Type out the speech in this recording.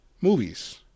movies